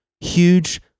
huge